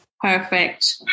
perfect